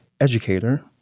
educator